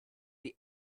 die